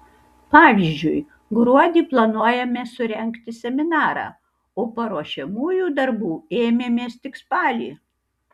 pavyzdžiui gruodį planuojame surengti seminarą o paruošiamųjų darbų ėmėmės tik spalį